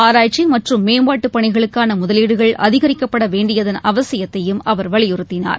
ஆராய்ச்சி மற்றும் மேம்பாட்டுப் பணிகளுக்கான முதலீடுகள் அதிகரிக்கப்பட வேண்டியதன் அவசியத்தையும் அவர் வலியுறுத்தினார்